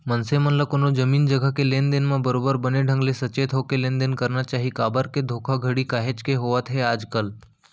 मनसे मन ल कोनो जमीन जघा के लेन देन म बरोबर बने ढंग के सचेत होके लेन देन करना चाही काबर के धोखाघड़ी काहेच के होवत हे आजकल